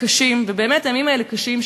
ובאמת הימים האלה קשים,